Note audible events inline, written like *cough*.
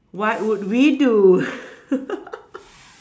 what would we do *laughs*